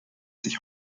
sich